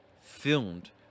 filmed